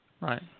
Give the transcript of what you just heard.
Right